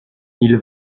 ils